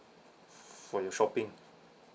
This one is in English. for your shopping